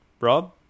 Rob